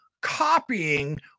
copying